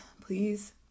please